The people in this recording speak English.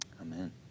Amen